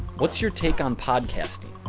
what's your take on podcasting?